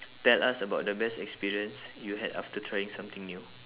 tell us about the best experience you had after trying something new